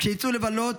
כשיצאו לבלות,